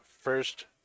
first